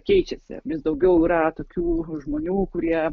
keičiasi vis daugiau yra tokių žmonių kurie